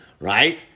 right